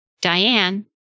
Diane